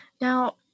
Now